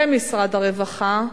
למשרד הרווחה,